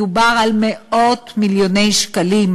מדובר על מאות מיליוני שקלים,